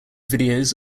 videos